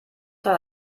soll